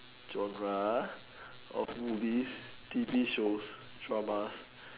genre of movies T_V shows drama